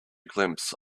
glimpse